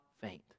faint